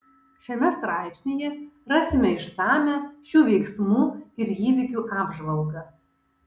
šiame straipsnyje rasime išsamią šių veiksmų ir įvykių apžvalgą